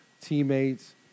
teammates